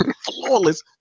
flawless